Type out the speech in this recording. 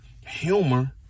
humor